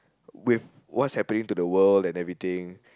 with what's happening to the world and everything